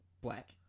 black